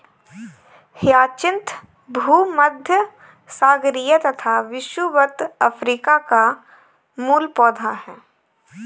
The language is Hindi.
ह्याचिन्थ भूमध्यसागरीय तथा विषुवत अफ्रीका का मूल पौधा है